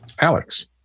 Alex